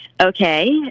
Okay